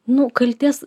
nu kaltės